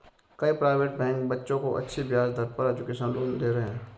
कई private bank बच्चों को अच्छी ब्याज दर पर एजुकेशन लोन दे रहे है